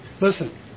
Listen